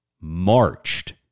marched